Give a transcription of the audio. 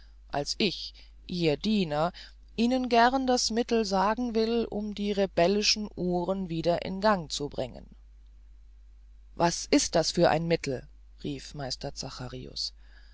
als ich ihr diener ihnen gern das mittel sagen will um die rebellischen uhren wieder in gang zu bringen was ist das für ein mittel rief meister